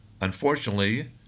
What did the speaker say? Unfortunately